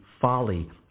folly